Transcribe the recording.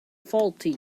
faulty